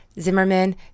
Zimmerman